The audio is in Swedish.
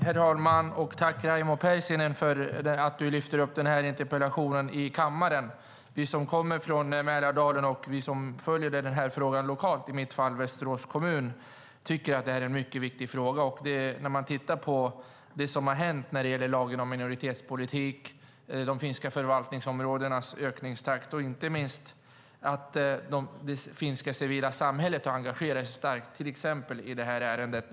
Herr talman! Tack, Raimo Pärssinen, för att du lyfter upp den här interpellationen i kammaren. Vi som kommer från Mälardalen och följer den här frågan lokalt, i mitt fall i Västerås kommun, tycker att det är en mycket viktig fråga. Man kan titta på vad som har hänt när det gäller lagen om minoritetspolitik, de finska förvaltningsområdenas ökningstakt och inte minst att det finska civila samhället har engagerat sig starkt i till exempel det här ärendet.